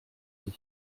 riz